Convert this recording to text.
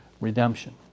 redemption